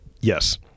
Yes